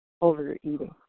overeating